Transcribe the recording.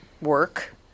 work